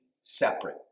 separate